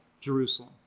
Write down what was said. Jerusalem